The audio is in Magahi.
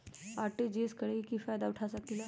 आर.टी.जी.एस करे से की फायदा उठा सकीला?